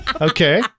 Okay